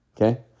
okay